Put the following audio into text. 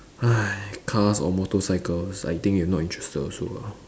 !hais! cars or motorcycles I think you not interested also ah